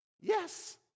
yes